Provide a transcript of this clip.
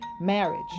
marriage